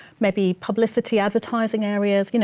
maybe publicity advertising areas, you know